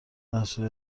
نسل